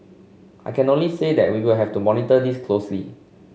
I can only say that we will have to monitor this closely